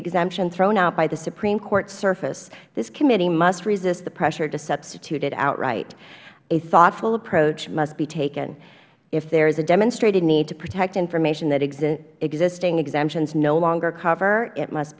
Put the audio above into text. exemption thrown out by the supreme court surface this committee must resist the pressure to substitute it outright a thoughtful approach must be taken if there is a demonstrated need to protect information that existing exemptions no longer cover it must